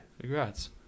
congrats